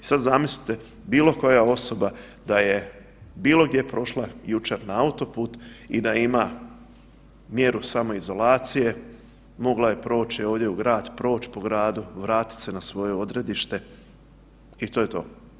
Sad zamislite bilo koja osoba da je bilo gdje prošla jučer na autoput i da ima mjeru samoizolacije, mogla je proći ovdje u grad, proći po gradu, vratit se na svoje odredište i to je to.